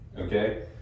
okay